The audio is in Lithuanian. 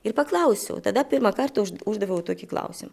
ir paklausiau tada pirmą kartą už uždaviau tokį klausimą